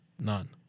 None